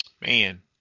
man